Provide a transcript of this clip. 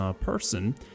person